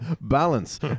balance